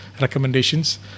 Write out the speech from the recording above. recommendations